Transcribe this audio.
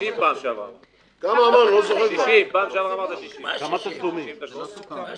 בפעם שעברה אמרת 60. לא,